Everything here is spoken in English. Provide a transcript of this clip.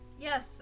Yes